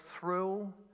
thrill